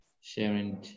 Sharing